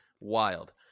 Wild